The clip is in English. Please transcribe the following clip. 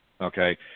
okay